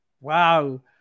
wow